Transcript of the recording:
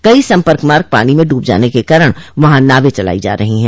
कई सम्पर्क मार्ग पानी में ड्रब जाने के कारण वहां नावें चलायी जा रही हैं